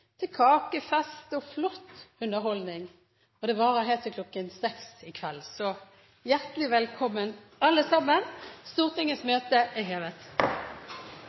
til kakefest og flott underholdning. Det varer helt til kl. 18 i kveld, så hjertelig velkommen, alle sammen! – Stortingets møte er hevet.